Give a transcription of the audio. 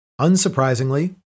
Unsurprisingly